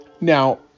now